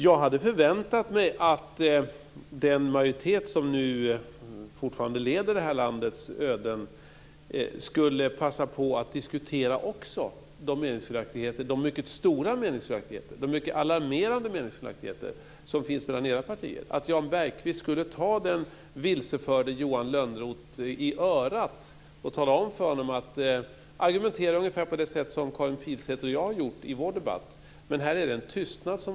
Jag hade förväntat mig att den majoritet som nu fortfarande leder detta lands öden också skulle passa på att diskutera de mycket stora och alarmerande meningsskiljaktigheter som finns mellan era partier och att Jan Bergqvist skulle ta den vilseförde Johan Lönnroth i örat och argumentera ungefär på det sätt som Karin Pilsäter och jag har gjort i vår debatt. Men här råder det en tystnad.